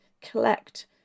collect